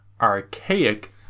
archaic